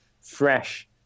fresh